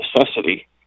necessity